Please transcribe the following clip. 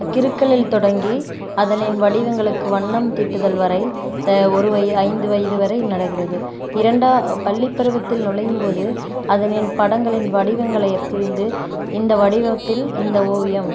கிறுக்கலில் தொடங்கி அதனை வடிவங்களுக்கு வண்ணம் தீட்டுதல் வரை த ஒரு வய ஐந்து வயது வரை நடக்கிறது இரண்டா பள்ளிப்பருவத்தில் நுழையும் போது அதனின் படங்களின் வடிவங்களைப் புரிந்து இந்த வடிவத்தில் இந்த ஓவியம்